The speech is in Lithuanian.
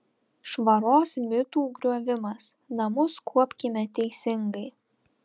švaros mitų griovimas namus kuopkime teisingai